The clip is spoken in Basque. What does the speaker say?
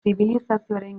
zibilizazioaren